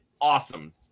awesome